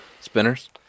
Spinners